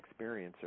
experiencer